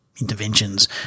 interventions